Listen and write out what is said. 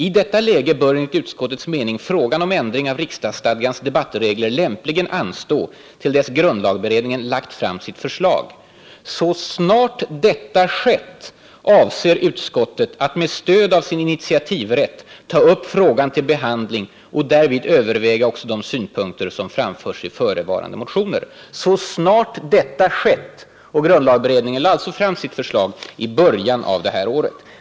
I detta läge bör enligt utskottets mening frågan om ändring av riksdagsstadgans debattregler lämpligen anstå till dess grundlagberedningen lagt fram sitt förslag. Så snart detta skett avser utskottet att med stöd av sin initiativrätt ta upp frågan till behandling och därvid överväga också de Synpunkter som framförts i förevarande motioner.” ”Så snart detta skett” grundlagberedningen lade alltså fram sitt förslag i början av det här året.